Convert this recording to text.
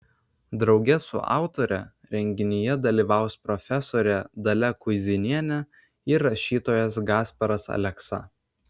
drauge su autore renginyje dalyvaus profesorė dalia kuizinienė ir rašytojas gasparas aleksa